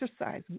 exercise